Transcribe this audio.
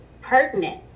pertinent